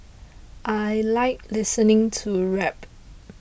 I like listening to rap